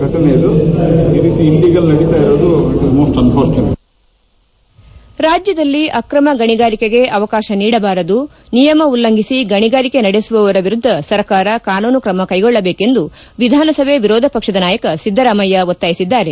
ಧ್ವನಿ ಪ್ರಹ್ಲಾದ್ ಜೋಷಿ ರಾಜ್ಯದಲ್ಲಿ ಅಕ್ರಮ ಗಣಿಗಾರಿಕೆಗೆ ಅವಕಾಶ ನೀಡಬಾರದು ನಿಯಮ ಉಲ್ಲಂಘಿಸಿ ಗಣಿಗಾರಿಕೆ ನಡೆಸುವವರು ವಿರುದ್ದ ಸರ್ಕಾರ ಕಾನೂನು ಕ್ರಮ ಕೈಗೊಳ್ಳಬೇಕೆಂದು ವಿಧಾನಸಭೆ ವಿರೋಧ ಪಕ್ಷದ ನಾಯಕ ಸಿದ್ದರಾಮಯ್ಯ ಒತ್ತಾಯಿಸಿದ್ದಾರೆ